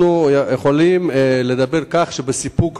אנחנו יכולים להגיד בסיפוק רב,